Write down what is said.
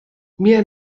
mir